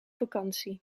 vakantie